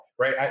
right